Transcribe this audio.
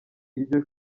iryo